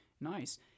Nice